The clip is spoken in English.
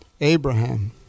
Abraham